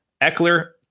Eckler